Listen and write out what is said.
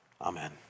Amen